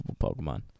Pokemon